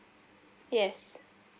yes